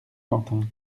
quentin